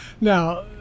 Now